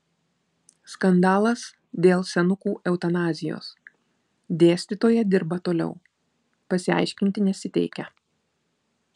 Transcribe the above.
skandalas dėl senukų eutanazijos dėstytoja dirba toliau pasiaiškinti nesiteikia